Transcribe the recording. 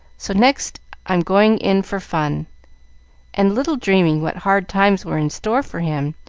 so next i'm going in for fun and, little dreaming what hard times were in store for him,